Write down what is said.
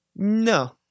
no